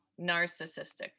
Narcissistic